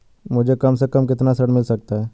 मुझे कम से कम कितना ऋण मिल सकता है?